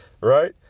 Right